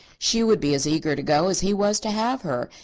she would be as eager to go as he was to have her,